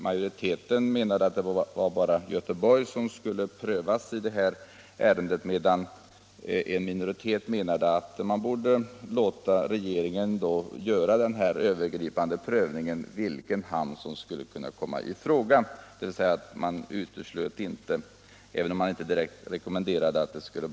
Majoriteten menade att endast Göteborg skulle prövas i detta ärende, medan en minoritet ansåg att man borde låta regeringen göra den övergripande prövningen av vilken hamn som skulle kunna komma i fråga. Man uteslöt alltså inte Wallhamn, även om man inte direkt rekommenderade det alternativet.